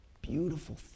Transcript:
beautiful